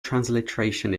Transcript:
transliteration